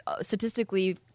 statistically